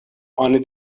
oni